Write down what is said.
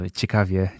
ciekawie